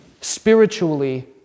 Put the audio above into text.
spiritually